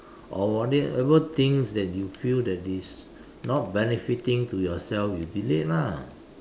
or whatever things that you feel that is not benefiting to yourself you delete lah